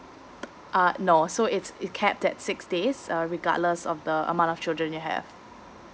uh no so it's it cap that six days uh regardless of the amount of children you have